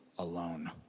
alone